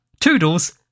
Toodles